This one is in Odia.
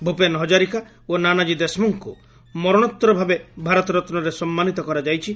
ଭୂପେନ ହଜାରିକା ଓ ନାନାଜୀ ଦେଶମୁଖଙ୍କୁ ମରଣୋତ୍ତର ଭାବେ ଭାରତରତ୍ନରେ ସମ୍ମାନିତ କରାଯାଇଛି